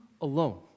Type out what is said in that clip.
alone